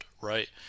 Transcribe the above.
right